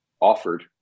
offered